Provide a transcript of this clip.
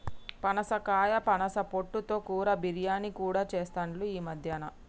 పనసకాయ పనస పొట్టు తో కూర, బిర్యానీ కూడా చెస్తాండ్లు ఈ మద్యన